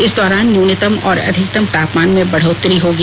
इस दौरान न्यूनतम और अधिकतम तापमान में बढ़ोत्तरी होगी